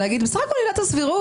ולהגיד: בסך הכול עילת הסבירות.